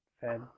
fed